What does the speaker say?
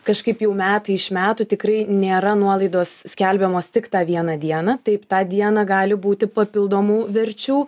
kažkaip jau metai iš metų tikrai nėra nuolaidos skelbiamos tik tą vieną dieną taip tą dieną gali būti papildomų verčių